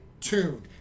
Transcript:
tuned